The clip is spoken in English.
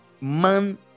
man